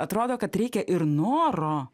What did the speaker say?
atrodo kad reikia ir noro